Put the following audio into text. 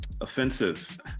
offensive